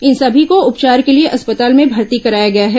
इन सभी को उपचार के लिए अस्पताल में भर्ती कराया गया है